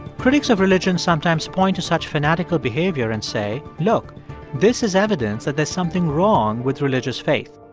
critics of religion sometimes point to such fanatical behavior and say, look this is evidence that there's something wrong with religious faith.